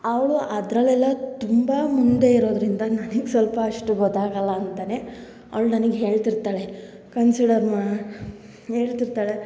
ಅವಳು ಅದರಲ್ಲೆಲ್ಲ ತುಂಬ ಮುಂದೆ ಇರೋದರಿಂದ ನನಗೆ ಸ್ವಲ್ಪ ಅಷ್ಟು ಗೊತ್ತಾಗಲ್ಲ ಅಂತಲೇ ಅವ್ಳು ನನಗೆ ಹೇಳ್ತಿರ್ತಾಳೆ ಕನ್ಸಿಡರ್ ಮಾ ಹೇಳ್ತಿರ್ತಾಳೆ